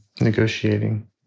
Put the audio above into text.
negotiating